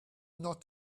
not